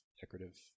decorative